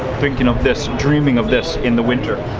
thinking of this, dreaming of this in the winter.